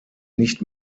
nicht